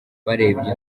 barebye